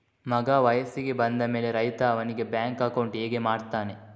ಮಗ ವಯಸ್ಸಿಗೆ ಬಂದ ಮೇಲೆ ರೈತ ಅವನಿಗೆ ಬ್ಯಾಂಕ್ ಅಕೌಂಟ್ ಹೇಗೆ ಮಾಡ್ತಾನೆ?